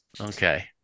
Okay